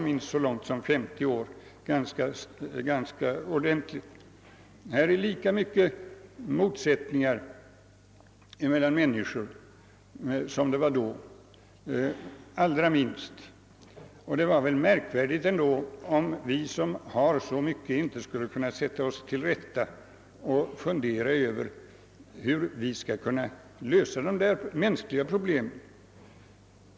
Motsättningarna mellan människorna är minst lika stora som för femtio år sedan. Det är ändå märkvärdigt att vi som har så mycket inte skall kunna sätta oss till rätta och fundera över hur vi skall kunna lösa dessa mänskliga problem.